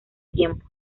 tiempo